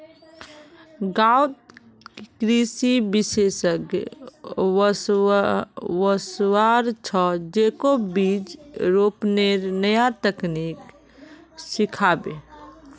गांउत कृषि विशेषज्ञ वस्वार छ, जेको बीज रोपनेर नया तकनीक सिखाबे